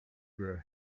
were